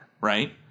Right